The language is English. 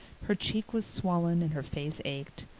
her cheek was swollen and her face ached.